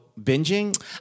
binging